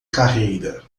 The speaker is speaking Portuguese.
carreira